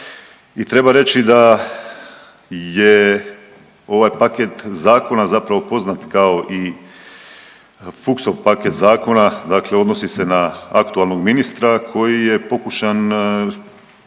treba reći da je ovaj paket zakona zapravo poznat kao i Fuchsov paket zakona, dakle odnosi na aktualnog ministra koji je pokušan